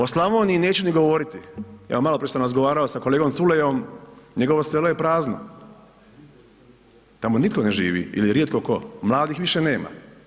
O Slavoniji neću ni govoriti, evo maloprije sam razgovarao sa kolegom Culejom, njegovo selo je prazno, tamo nitko ne živi ili rijetko tko, mladih više nema.